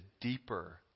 deeper